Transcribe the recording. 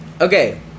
Okay